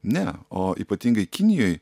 ne o ypatingai kinijoj